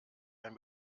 ein